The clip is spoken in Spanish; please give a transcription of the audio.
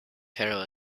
pero